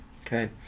Okay